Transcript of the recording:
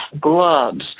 gloves